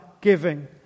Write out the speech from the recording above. giving